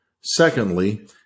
Secondly